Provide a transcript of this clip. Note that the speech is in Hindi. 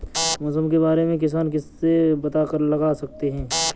मौसम के बारे में किसान किससे पता लगा सकते हैं?